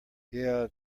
yeah